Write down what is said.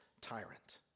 tyrant